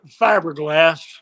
fiberglass